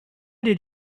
did